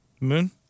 Moon